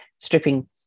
stripping